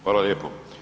Hvala lijepo.